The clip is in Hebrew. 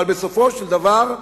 אבל בסופו של דבר,